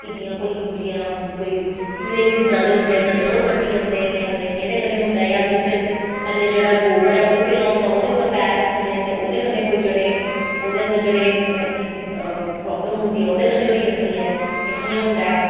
ते जियां कोई जियां कीड़े बी उड्डा दे होंदे न कदैं ओह् कड्डी जंदे न जां केह्दे कन्नैं होंदा ऐ जिसलै थल्लै जेह्ड़ा गोवर ऐ ओह् रपेदा होंदा ओह्दे पर पैर रखदे न ओह्दे कन्नैं कोई ऐसे ओह्दे अन्दर मतलव कि ऐसे प्रावलम होंदी ऐ ओह्दे कन्नैं होई जंदी ऐ जां कियां होंदा ऐ